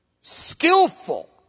skillful